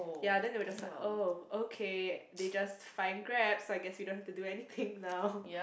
ya then they were just like they oh okay they just fine Grab so I guess we don't have to do anything now